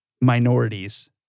minorities